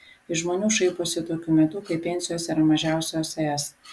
iš žmonių šaiposi tokiu metu kai pensijos yra mažiausios es